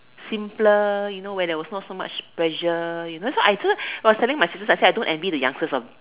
simpler you know where there was not so much pressure you know so I so I was telling my sister that I don't envy the youngsters of